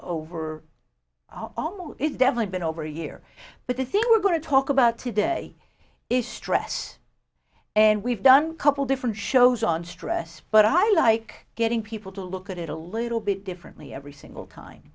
over oh it's definitely been over a year but the thing we're going to talk about today is stress and we've done couple different shows on stress but i like getting people to look at it a little bit differently every single time